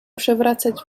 przewracać